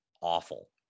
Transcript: awful